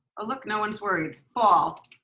look, no one's worried. fall,